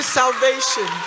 salvation